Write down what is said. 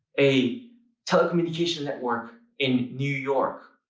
a telecommunication network in new york.